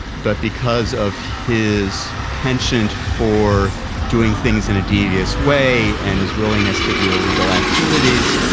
but because of his penchant for doing things in a devious way and his willingness to do illegal activities,